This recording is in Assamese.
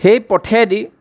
সেই পথেদি